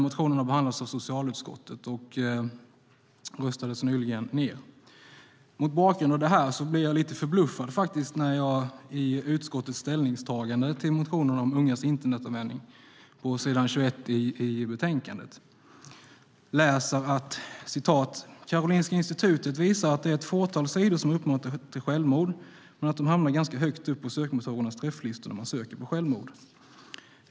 Motionen behandlades av socialutskottet och röstades nyligen ned. Mot bakgrund av detta blir jag lite förbluffad när jag i utskottets ställningstagande till motionen om ungas internetanvändning på s. 21 i betänkandet läser: "Karolinska institutet visar att det är ett fåtal sidor som uppmuntrar till självmord men att de hamnar ganska högt upp på sökmotorernas träfflistor när man söker på självmord.